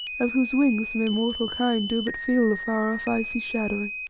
of whose wings mere mortal kind do but feel the far-off, icy shadowing.